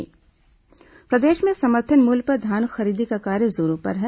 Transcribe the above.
धान खरीदी प्रदेश में समर्थन मूल्य पर धान खरीदी का कार्य जोरों पर है